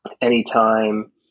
anytime